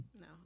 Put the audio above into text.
No